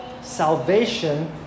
salvation